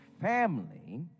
family